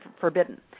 forbidden